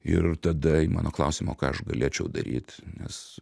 ir tada į mano klausimą o ką aš galėčiau daryt nes